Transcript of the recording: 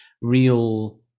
real